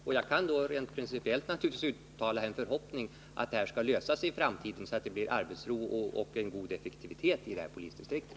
Jag kan naturligtvis rent principiellt uttala förhoppningen att denna fråga skall lösas i framtiden, så att det blir arbetsro och en god effektivitet i det här polisdistriktet.